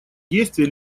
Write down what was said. действия